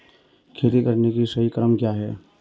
खेती करने का सही क्रम क्या है?